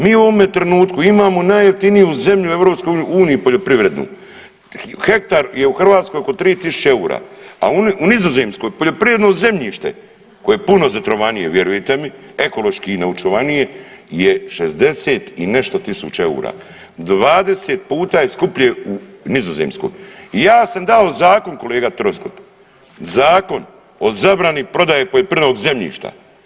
Mi u ovome trenutku imamo najjeftiniju zemlju u EU poljoprivrednu, hektar je u Hrvatskoj oko 3 tisuće eura, a u Nizozemskoj poljoprivredno zemljište koje je puno zatrovanije vjerujte mi, ekološki ne očuvanije je 60 i nešto tisuća eura, 20 puta je skuplje u Nizozemskoj i ja sam dao zakon kolega Troskot, Zakon o zabrani prodaje poljoprivrednog zemljišta.